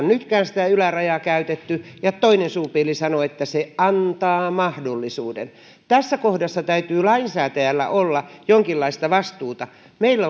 nytkään käytetty ja toinen suupieli sanoo että se antaa mahdollisuuden tässä kohdassa täytyy lainsäätäjällä olla jonkinlaista vastuuta meillä